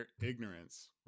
ignorance